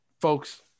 folks